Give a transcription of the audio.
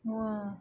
!wah!